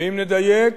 ואם נדייק,